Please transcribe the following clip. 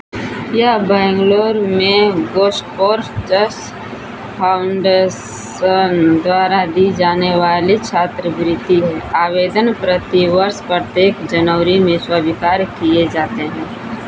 यह बैंगलोर में GoSports Foundation द्वारा दी जाने वाली छात्रवृत्ति है आवेदन प्रतिवर्ष प्रत्येक जनवरी में स्वीकार किए जाते हैं